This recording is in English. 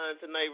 tonight